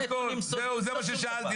זה הכול,